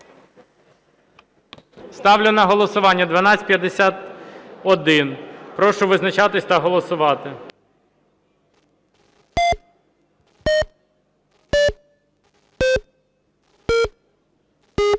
Ставлю на голосування 3460. Прошу визначатися та голосувати.